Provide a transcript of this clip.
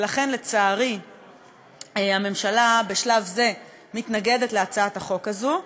ולצערי הממשלה בשלב זה מתנגדת להצעת החוק הזו.